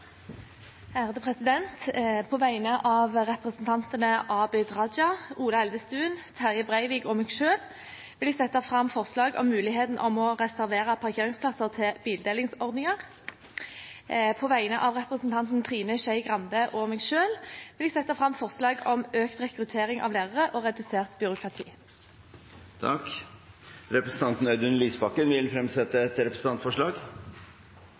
På vegne av representantene Abid Q. Raja, Ola Elvestuen, Terje Breivik og meg selv vil jeg sette fram forslag om muligheten til å reservere parkeringsplasser til bildelingsordninger. På vegne av representanten Trine Skei Grande og meg selv vil jeg sette fram forslag om økt rekruttering av lærere og redusert byråkrati. Representanten Audun Lysbakken vil fremsette et representantforslag.